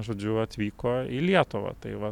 žodžiu atvyko į lietuvą tai va